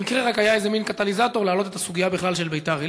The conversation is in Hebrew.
המקרה רק היה איזה מין קטליזטור להעלות את הסוגיה בכלל של ביתר-עילית,